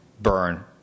burn